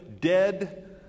dead